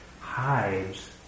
hides